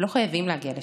ולא חייבים להגיע לשם.